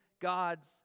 God's